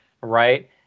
right